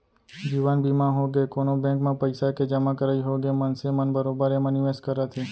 जीवन बीमा होगे, कोनो बेंक म पइसा के जमा करई होगे मनसे मन बरोबर एमा निवेस करत हे